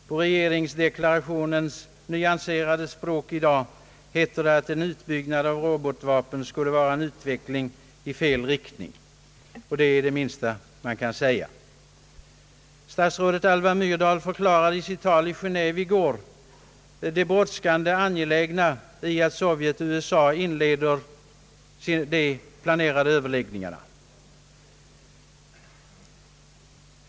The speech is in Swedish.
På regeringsdeklarationens nyanserade språk heter det, att en utbyggnad av robotvapen skulle vara en utveckling »i fel riktning» — och det är det minsta som kan sägas. Statsrådet Alva Myrdal förklarade i sitt tal i Genéve i går det brådskande och angelägna i att Sovjet och USA inleder de planerade överläggningarna.